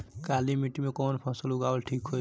काली मिट्टी में कवन फसल उगावल ठीक होई?